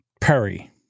Perry